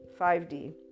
5d